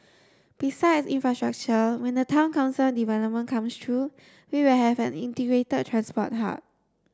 besides infrastructure when the town council development comes through we will have an integrated transport hub